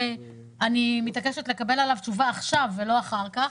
שאני מתעקשת לקבל עליו תשובה עכשיו ולא אחר כך: